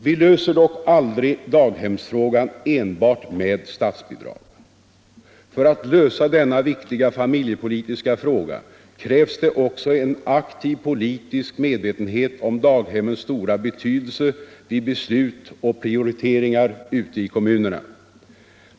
Vi löser dock aldrig daghemsfrågan enbart med statsbidrag. För att lösa denna viktiga familjepolitiska fråga krävs det också en aktiv politisk medvetenhet om daghemmens stora betydelse vid beslut och prioriteringar ute i kommunerna.